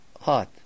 heart